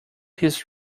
his